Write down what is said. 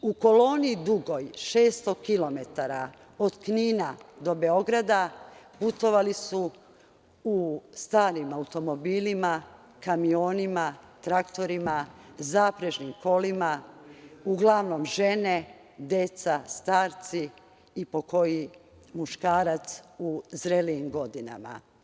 U koloni dugoj 600 km od Knina do Beograda putovali su u starim automobilima, kamionima, traktorima, zaprežnim kolima, uglavnom žene, deca, starci i po koji muškarac u zrelijim godinama.